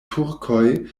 turkoj